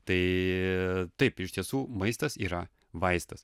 tai taip iš tiesų maistas yra vaistas